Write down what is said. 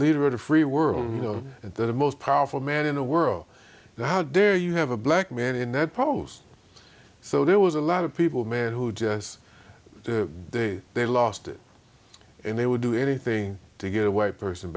leader of the free world you know the most powerful man in the world how dare you have a black man in that post so there was a lot of people man who just the day they lost it and they would do anything to get a white person